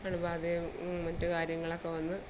അണുബാധയും മറ്റു കാര്യങ്ങളൊക്കെ വന്ന്